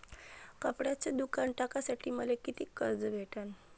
कपड्याचं दुकान टाकासाठी मले कितीक कर्ज भेटन?